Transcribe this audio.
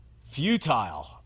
futile